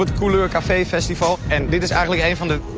but couleur ah cafe festival and this is